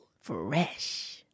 Fresh